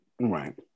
Right